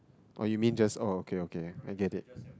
or you mean just oh okay okay I get it